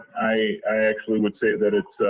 i actually would say that it's